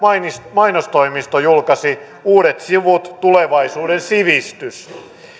mainostoimisto julkaisi uudet sivut tulevaisuuden sivistys